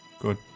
Good